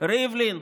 ריבלין,